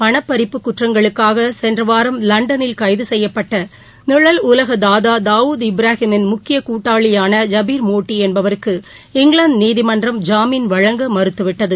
பணப்பறிப்பு குற்றங்களுக்காக சென்ற வாரம் லண்டனில் கைது செய்யப்பட்ட நிழல் உலக தாதா தாவூத் இப்ராஹிமின் முக்கிய கூட்டாளியான ஜபீர் மோட்டி என்பவருக்கு இங்கிலாந்து நீதிமன்றம் ஜாமின் வழங்க மறுத்துவிட்டது